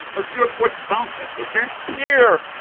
let's do a quick sound test, ok? here.